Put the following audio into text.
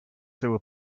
through